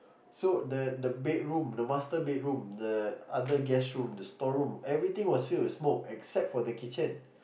so the the bedroom the master bedroom the other guest room the store room everything was filled with smoke except for the kitchen